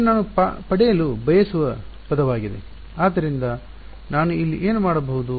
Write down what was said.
ಇದು ನಾನು ಪಡೆಯಲು ಬಯಸುವ ಪದವಾಗಿದೆ ಆದ್ದರಿಂದ ನಾನು ಇಲ್ಲಿ ಏನು ಮಾಡಬಹುದು